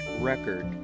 record